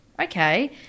okay